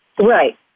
Right